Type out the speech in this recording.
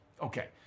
Okay